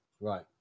Right